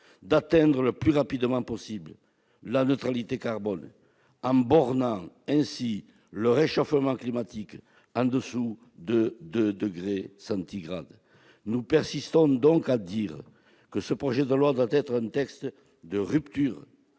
-d'atteindre le plus rapidement possible la neutralité carbone, en bornant ainsi le réchauffement climatique en dessous de 2°C. Nous persistons donc à dire que ce projet de loi doit être un texte de rupture,